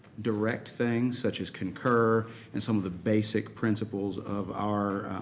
direct things, such as concur and some of the basic principles of our